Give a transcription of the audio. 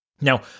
Now